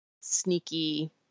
sneaky